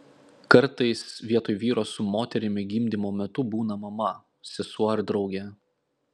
kartais vietoj vyro su moterimi gimdymo metu būna mama sesuo ar draugė